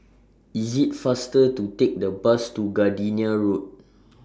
IS IT faster to Take The Bus to Gardenia Road